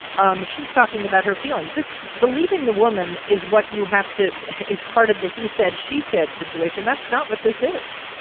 um she's talking about her feelings. this believing the woman is what you have to is part of the he said, she said, situation. situation. that's not what this is.